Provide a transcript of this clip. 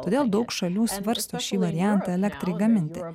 todėl daug šalių svarsto šį variantą elektrai gaminti